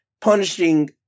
punishing